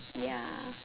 ya